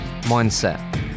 mindset